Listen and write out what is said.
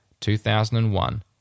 2001